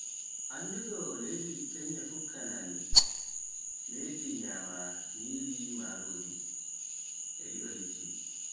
Anndu ɗo leydi Kenya fuukkanani, meɗi nyama nyiri marori e li'o liɗɗi.